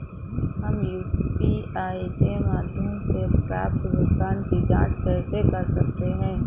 हम यू.पी.आई के माध्यम से प्राप्त भुगतान की जॉंच कैसे कर सकते हैं?